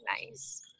nice